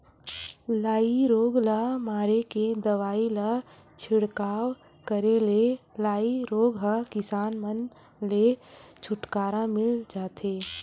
लाई रोग ल मारे के दवई ल छिड़काव करे ले लाई रोग ह किसान मन ले छुटकारा मिल जथे